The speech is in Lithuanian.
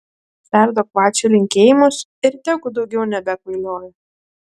perduok vaciui linkėjimus ir tegu daugiau nebekvailioja